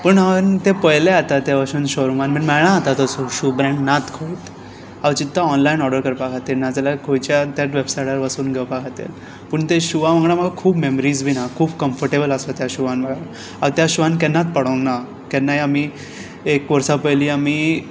पुणन ते पयलें आतां ते वोशोन शोरुमान पूण मेळना आतां तो सू शू ब्रँड नात खंयत हांव चिंत्ता ऑनलायन ऑर्डर करपा खातीर नाजाल्यार खंयच्या त्यात वॅबसायटार वसून घेवपा खातीर पूण ते शुआ वांगडा म्हाका खूब मॅमरीज बीन हा खूब कंफटेबल आसता त्या शुआन म्हाका हांव त्या शुआन केन्नात पडूंक ना केन्नाय आमी एक वर्सा पयलीं आमी